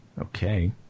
Okay